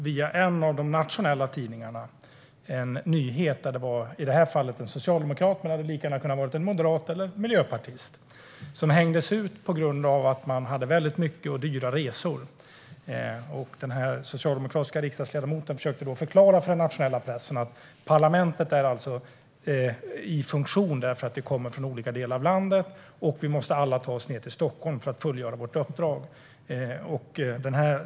Via en av de nationella tidningarna noterade jag i dag en nyhet som i detta fall gällde en socialdemokrat, men det hade lika gärna kunnat handla om en moderat eller miljöpartist. Denna person hängdes ut på grund av många och dyra resor. Den socialdemokratiska riksdagsledamoten försökte förklara för den nationella pressen att parlamentet fungerar så att ledamöterna kommer från olika delar av landet och att alla måste ta sig ned till Stockholm för att fullgöra sitt uppdrag.